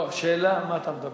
לא, השאלה על מה אתה מדבר.